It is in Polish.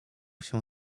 się